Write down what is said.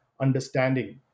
understanding